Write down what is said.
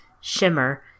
Shimmer